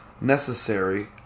necessary